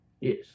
Yes